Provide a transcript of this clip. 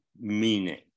meaning